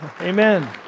amen